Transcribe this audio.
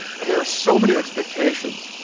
and there are so many expectations.